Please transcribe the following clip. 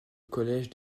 collège